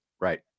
right